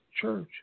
church